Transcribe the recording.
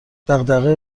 دغدغه